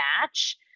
match